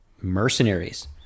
mercenaries